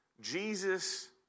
Jesus